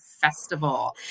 Festival